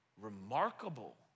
remarkable